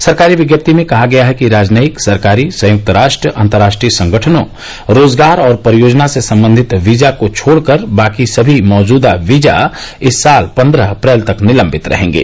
सरकारी विज्ञप्ति में कहा गया है कि राजनयिक सरकारी संयुक्त राष्ट्र अंतर्राष्ट्रीय संगठनों रोजगार और परियोजना से संबंधित वीजा को छोडकर बाकी सभी मौजदा वीजा इस साल पन्द्रह अप्रैल तक निलंबित रहेंगे